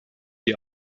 die